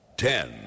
Ten